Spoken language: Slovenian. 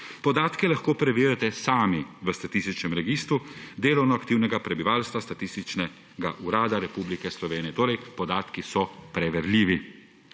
Podatke lahko preverite sami v Statističnem registru delovno aktivnega prebivalstva Statističnega urada Republike Slovenije, torej, podatki so preverljivi.